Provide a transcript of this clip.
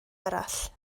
arall